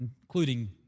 including